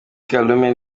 kalume